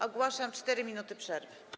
Ogłaszam 4 minuty przerwy.